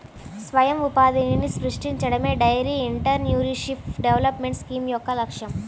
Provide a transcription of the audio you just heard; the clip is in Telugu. స్వయం ఉపాధిని సృష్టించడమే డెయిరీ ఎంటర్ప్రెన్యూర్షిప్ డెవలప్మెంట్ స్కీమ్ యొక్క లక్ష్యం